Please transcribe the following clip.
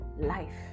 life